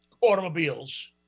automobiles